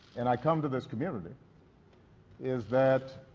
and i come to this community is that